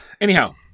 anyhow